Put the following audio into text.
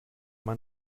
man